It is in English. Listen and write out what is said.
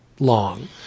long